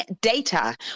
data